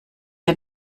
ein